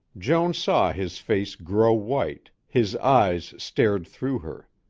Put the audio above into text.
joan saw his face grow white, his eyes stared through her.